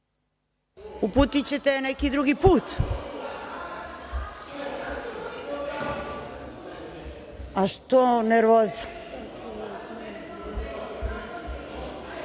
Uputiće te je neki drugi put, a što nervoza?